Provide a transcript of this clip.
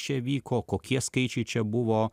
čia vyko kokie skaičiai čia buvo